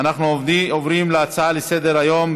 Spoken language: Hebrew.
אנחנו עוברים להצבעה על ההצעה לסדר-היום.